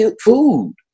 food